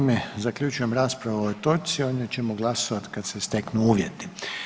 Time zaključujem raspravu o ovoj točci, o njoj ćemo glasovat kad se steknu uvjeti.